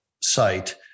site